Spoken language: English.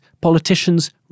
politicians